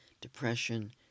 depression